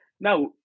Now